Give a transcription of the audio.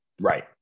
Right